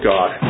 God